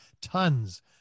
tons